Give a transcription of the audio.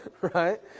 Right